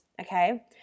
Okay